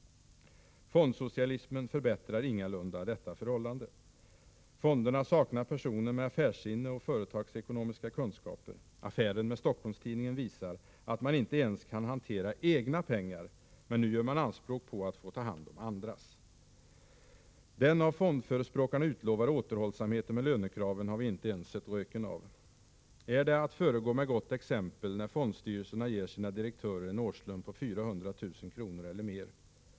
Fondsocialismen förbättrar ingalunda detta förhållande! Fonderna saknar personer med affärssinne och företagsekonomiska kunskaper. Affären med Stockholms-Tidningen visar att man inte ens kan hantera egna pengar — men nu gör man anspråk på att få ta hand om andras. Den av fondförespråkarna utlovade återhållsamheten med lönekraven har vi inte ens sett röken av. Är det att föregå med gott exempel när fondstyrelserna ger sina direktörer en årslön på 400 000 kr. eller mer?